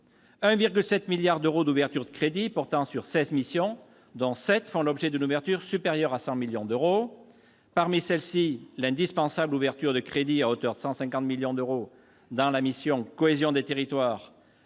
1,7 milliard d'euros d'ouvertures de crédits portant sur seize missions sur sept font l'objet d'une ouverture supérieure à 100 millions d'euros. Parmi celles-ci, l'indispensable ouverture de crédits, à hauteur de 150 millions d'euros, dans la mission « Cohésion des territoires »,